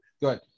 good